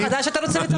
אתה רוצה נושא חדש?